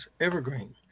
evergreen